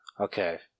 Okay